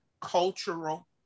cultural